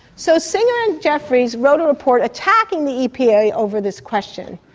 so singer and jeffreys wrote a report attacking the epa over this question.